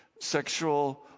Sexual